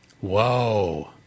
Whoa